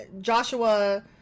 Joshua